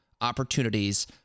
opportunities